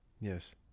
Yes